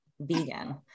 vegan